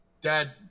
dad